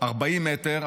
40 מטר,